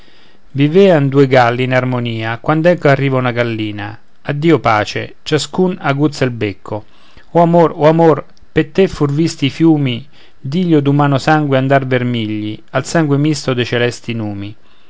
vivean due galli in armonia quand'ecco arriva una gallina addio pace ciascun aguzza il becco o amor amor per te fr visti i fiumi d'ilio d'umano sangue andar vermigli al sangue misto dei celesti numi